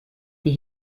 die